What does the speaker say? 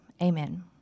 Amen